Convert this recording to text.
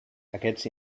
aquests